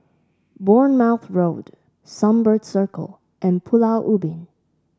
Bournemouth Road Sunbird Circle and Pulau Ubin